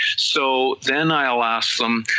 so then i'll ask them,